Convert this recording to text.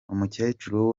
umukecuru